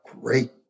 great